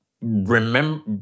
remember